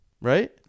Right